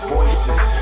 Voices